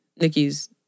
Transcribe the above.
Nikki's